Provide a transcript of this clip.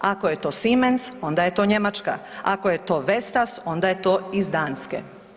Ako je to Siemens, onda je to Njemačka, ako je to Vestas, onda je to iz Danske.